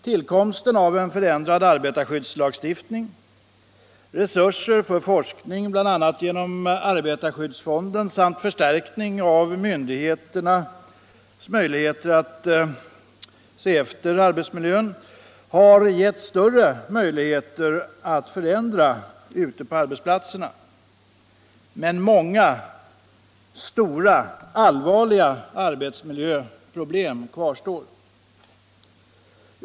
Tillkomsten av en förändrad arbetarskyddslagstiftning, resurser för forskning, bl.a. genom arbetarskyddsfonden, och förstärkning av myndigheternas möjligheter att se efter arbetsmiljön har gett större förutsättningar att förändra miljön ute på arbetsplatserna. Men många stora och allvarliga arbetsmiljöproblem kvarstår.